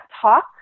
talk